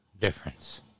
difference